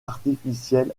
artificiel